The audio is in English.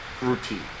routine